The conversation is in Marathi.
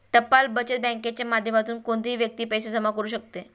टपाल बचत बँकेच्या माध्यमातून कोणतीही व्यक्ती पैसे जमा करू शकते